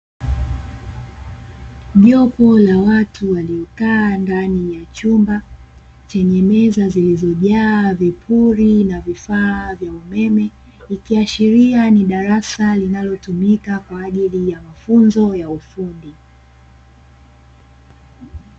Jopo la watu waliokaa ndani ya chumba chenye meza zilizojaa vipuli na vifaa vya umeme. Ikiashiria ni darasa linalotumika kwa ajili ya mafunzo ya ufundi.